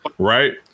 right